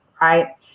right